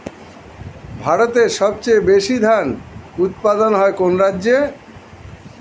ভারতের সবচেয়ে বেশী ধান উৎপাদন হয় কোন রাজ্যে?